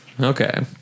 Okay